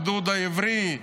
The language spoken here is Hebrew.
הגדוד העברי,